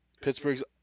Pittsburgh's